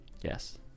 Yes